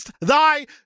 thy